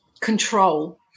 control